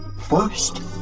First